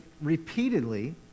repeatedly